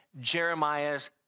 Jeremiah's